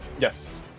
yes